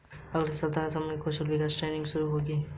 अगले सप्ताह से असम में कौशल विकास ट्रेनिंग शुरू होगी